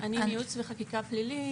אני מייעוץ וחקיקה פלילית.